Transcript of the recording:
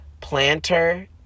planter